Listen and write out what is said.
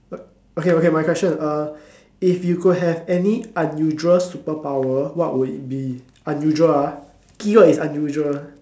okay okay my question uh if you could have any unusual superpower what would it be unusual ah keyword is unusual